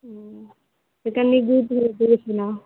तऽ कनी जे फुराए से सुनाउ